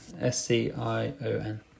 S-C-I-O-N